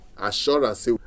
Assurance